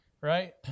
right